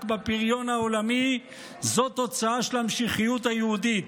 בפריון העולמי זו תוצאה של המשיחיות היהודית.